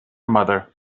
mother